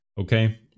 okay